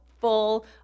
full